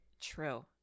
True